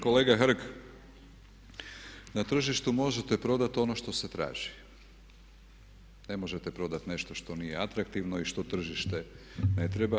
Kolega Hrg, na tržištu možete prodati ono što se traži, ne možete prodati nešto što nije atraktivno i što tržište ne treba.